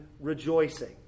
rejoicing